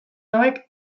hauek